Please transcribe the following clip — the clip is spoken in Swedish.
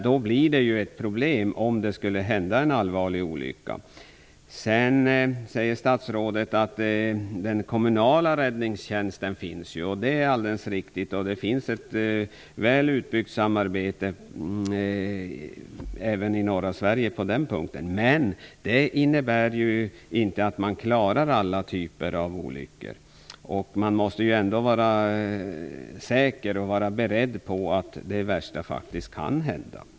Då blir det ju problem om det skulle hända en allvarlig olycka. Statsrådet säger att den kommunala räddningstjänsten finns. Det är alldeles riktigt. Det finns ett väl utbyggt samarbete även i norra Sverige på den punkten. Men det innebär inte att man klarar alla typer av olyckor, och man måste vara säker och vara beredd på att det värsta faktiskt kan hända.